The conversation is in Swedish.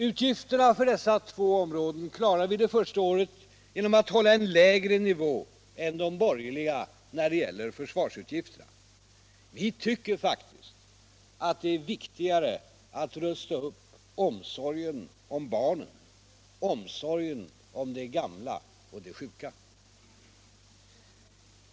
Utgifterna för dessa två områden klarar vi det första året genom att hålla en lägre nivå än de borgerliga när det gäller försvarsutgifterna. Vi tycker faktiskt att det är viktigare att rusta upp omsorgen om barnen, omsorgen om de gamla och de sjuka.